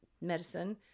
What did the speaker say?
medicine